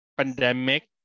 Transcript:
pandemic